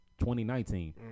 2019